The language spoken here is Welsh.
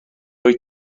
wyt